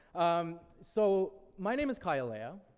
um, so my name is kyle liao,